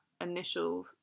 initial